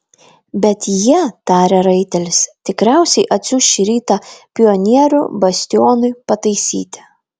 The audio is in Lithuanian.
bet jie tarė raitelis tikriausiai atsiųs šį rytą pionierių bastionui pataisyti